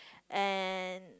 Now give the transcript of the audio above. and